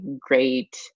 great